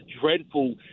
dreadful